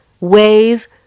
ways